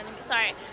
Sorry